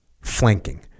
flanking